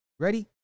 Ready